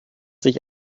sich